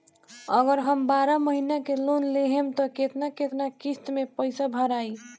अगर हम बारह महिना के लोन लेहेम त केतना केतना किस्त मे पैसा भराई?